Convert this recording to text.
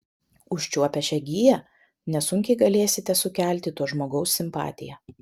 užčiuopę šią giją nesunkiai galėsite sukelti to žmogaus simpatiją